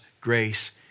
grace